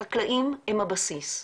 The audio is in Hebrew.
החקלאים הם הבסיס.